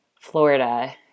Florida